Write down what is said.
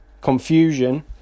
confusion